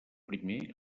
primer